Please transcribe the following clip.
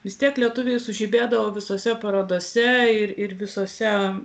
vis tiek lietuviai sužibėdavo visose parodose ir ir visose